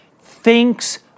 thinks